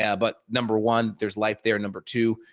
ah but number one, there's life there. number two,